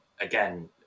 again